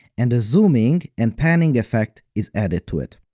and a zooming and panning effect is added to it.